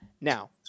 Now